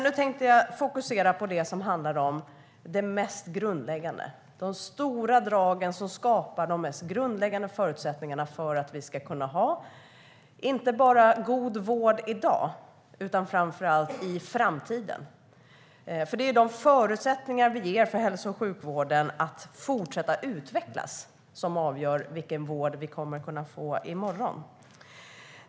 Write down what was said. Nu tänkte jag dock fokusera på det som handlar om det mest grundläggande - de stora dragen som skapar de mest grundläggande förutsättningarna för att vi ska kunna ha god vård inte bara i dag utan framför allt i framtiden. Det är nämligen de förutsättningar vi ger hälso och sjukvården att fortsätta utvecklas som avgör vilken vård vi kommer att kunna få i morgon.